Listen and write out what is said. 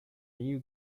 new